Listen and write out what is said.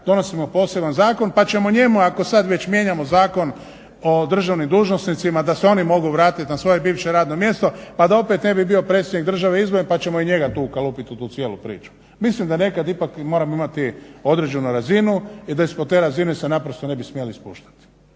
donosimo poseban zakon pa ćemo njemu ako sad već mijenjamo Zakon o državnim dužnosnicima da se oni mogu vratiti na svoje bivše radno mjesto pa da opet ne bi bio predsjednik države izdvojen pa ćemo i njega tu ukalupiti u tu cijelu priču. Mislim da nekad ipak moramo imati određenu razinu i da ispod te razine se naprosto ne bi smjeli spuštati.